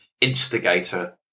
Instigator